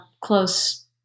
close